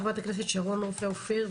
חברת הכנסת שרון רופא אופיר,